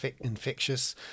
infectious